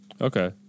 Okay